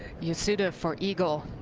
yasuda for eagle.